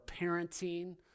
parenting